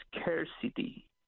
scarcity